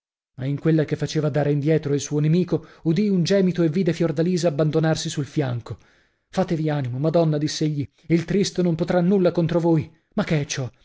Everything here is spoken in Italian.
in quella che faceva dare indietro il suo nemico udì un gemito e vide fiordalisa abbandonarsi sul fianco fatevi animo madonna diss'egli il tristo non potrà nulla contro voi ma che